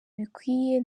bikwiye